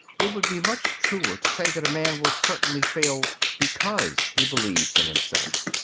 it would be much truer to say that a man will certainly fail, because he believes in himself.